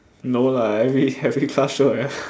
no lah every every class sure have